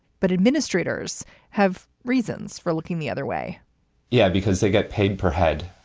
but administrators have reasons for looking the other way yeah, because they get paid per head,